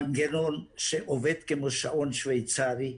מנגנון שעובד כמו שעון שוויצרי,